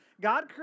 God